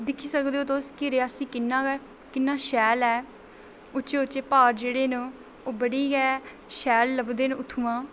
दिक्खी सकदे ओ तुस कि रियासी किन्ना किन्ना शैल ऐ उच्चे उच्चे जेह्ड़े प्हाड़ न ओह् बड़े गै शैल लभदे न उत्थुआं